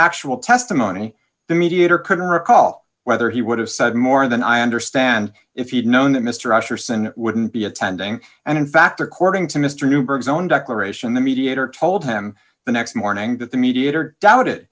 actual testimony the mediator couldn't recall whether he would have said more than i understand if he'd known that mr ashurst and wouldn't be attending and in fact according to mr newburgh zone declaration the mediator told him the next morning that the mediator doubt